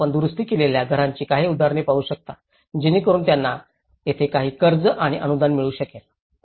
येथे आपण दुरुस्ती केलेल्या घरांची काही उदाहरणे पाहू शकता जेणेकरुन त्यांना येथे काही कर्ज आणि अनुदान मिळू शकले